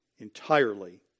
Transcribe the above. Entirely